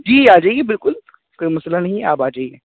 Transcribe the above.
جی آ جائیے بالکل کوئی مسٔلہ نہیں ہے آپ آ جائیے